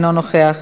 אינו נוכח,